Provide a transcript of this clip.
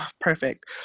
perfect